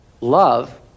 Love